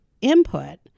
input